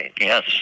Yes